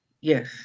Yes